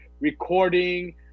recording